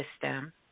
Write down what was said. system